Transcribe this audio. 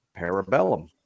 Parabellum